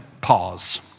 Pause